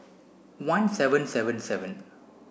one seven seven seven